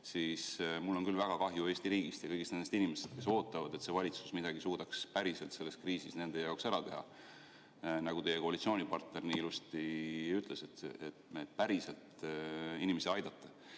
siis on mul küll väga kahju Eesti riigist ja kõigist nendest inimestest, kes ootavad, et valitsus suudaks midagi päriselt selles kriisis nende jaoks ära teha – nagu teie koalitsioonipartner ilusti ütles: päriselt inimesi aidata.